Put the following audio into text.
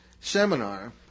seminar